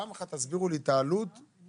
פעם אחת תסבירו לי את העלויות בזמן